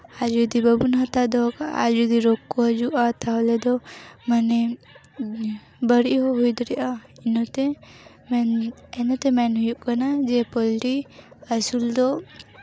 ᱟᱨ ᱡᱚᱫᱤ ᱵᱟᱵᱚᱱ ᱦᱟᱛᱟᱣ ᱫᱚᱦᱚ ᱠᱟᱜᱼᱟ ᱟᱨ ᱡᱚᱫᱤ ᱨᱳᱜᱽ ᱠᱚ ᱦᱤᱡᱩᱜᱼᱟ ᱛᱟᱦᱞᱮ ᱫᱚ ᱢᱟᱱᱮ ᱵᱟᱹᱲᱤᱡ ᱦᱚᱸ ᱦᱩᱭ ᱫᱟᱲᱮᱭᱟᱜᱼᱟ ᱤᱱᱟᱹᱛᱮ ᱤᱱᱟᱹᱛᱮ ᱢᱮᱱ ᱦᱩᱭᱩᱜ ᱠᱟᱱᱟ ᱡᱮ ᱯᱳᱞᱴᱤ ᱟᱹᱥᱩᱞ ᱫᱚ